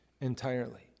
entirely